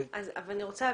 אני רוצה להבין.